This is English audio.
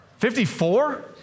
54